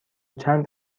چند